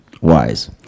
wise